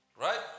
Right